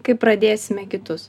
kaip pradėsime kitus